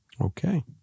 Okay